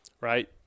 Right